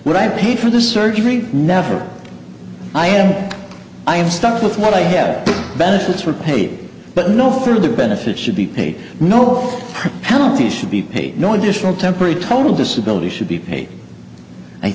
what i paid for the surgery never i am i am stuck with what i had the benefits were paid but no further benefits should be paid no penalty should be paid no additional temporary total disability should be paid i